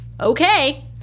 Okay